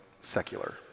secular